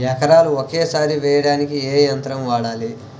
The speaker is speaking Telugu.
ఎకరాలు ఒకేసారి వేయడానికి ఏ యంత్రం వాడాలి?